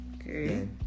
Okay